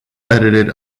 edited